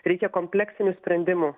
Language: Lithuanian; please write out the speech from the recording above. reikia kompleksinių sprendimų